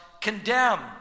condemned